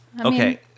Okay